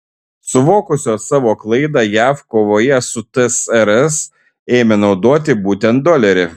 suvokusios savo klaidą jav kovoje su tsrs ėmė naudoti būtent dolerį